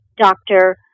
doctor